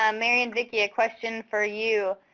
um mary and vicki, a question for you.